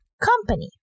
company